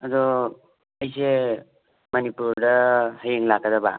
ꯑꯗꯣ ꯑꯩꯁꯦ ꯃꯅꯤꯄꯨꯔꯗ ꯍꯌꯦꯡ ꯂꯥꯛꯀꯗꯕ